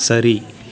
சரி